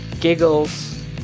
giggles